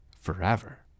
forever